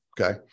okay